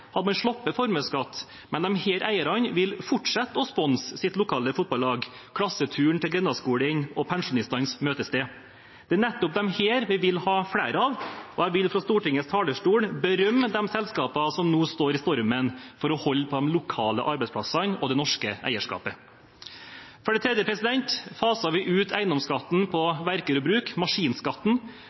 Hadde de gjort det, hadde de sluppet formuesskatt, men disse eierne vil fortsette å sponse sitt lokale fotballag, klasseturen til grendeskolen og pensjonistenes møtested. Det er nettopp disse vi vil ha flere av, og jeg vil fra Stortingets talerstol berømme de selskapene som står i stormen for å holde på de lokale arbeidsplassene og det norske eierskapet. For det tredje faser vi ut eiendomsskatten på verker og bruk, maskinskatten,